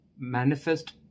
manifest